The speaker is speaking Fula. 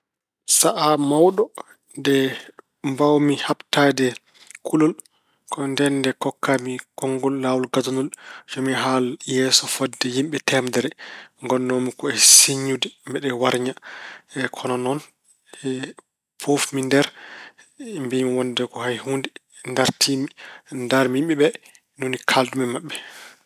Sahaa mawɗo nde mbaawmi haɓtaade kulol ko ndeen nde kokkaami konngol laawol gadanol, yo mi haal yeeso fotde yimɓe teemedere. Ngonnoomi ko e siññude, mbeɗa warña. Kono noon poofmi nder, mbiyimi wonde ko hay huunde. Ndartiimi, ndaarmi yimɓe ɓe. Ni woni kaaldu mi e maɓɓe.